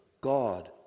God